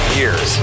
years